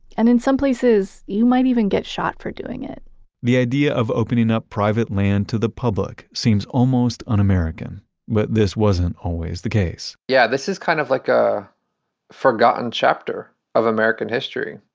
and in some places you might even get shot for doing it the idea of opening up private land to the public seems almost unamerican but this wasn't always the case yeah this is kind of like a forgotten chapter of american american history.